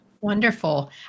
Wonderful